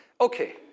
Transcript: Okay